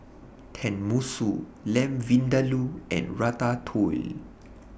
Tenmusu Lamb Vindaloo and Ratatouille